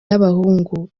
y’abahungu